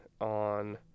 on